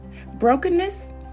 Brokenness